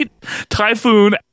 Typhoon